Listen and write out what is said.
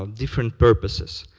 ah different purposes.